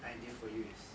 idea for you is